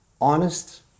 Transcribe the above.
honest